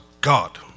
God